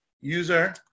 user